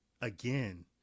again